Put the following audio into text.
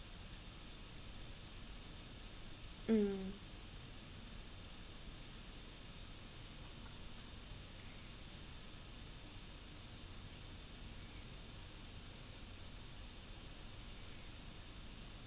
mm